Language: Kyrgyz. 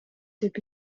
деп